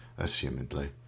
assumedly